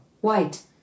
white